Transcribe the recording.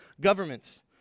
governments